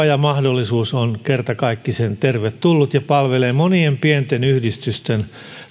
ja mahdollisuus ovat kertakaikkisen tervetulleita ja palvelevat monien pienten yhdistysten